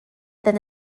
then